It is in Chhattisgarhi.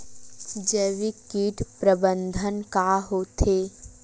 जैविक कीट प्रबंधन का होथे?